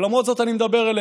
ולמרות זאת אני מדבר אליהם.